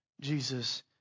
Jesus